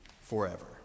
forever